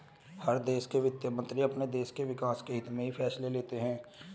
हर देश के वित्त मंत्री अपने देश के विकास के हित्त में ही फैसले लेते हैं